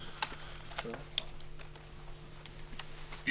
14:40.